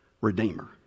redeemer